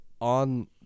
on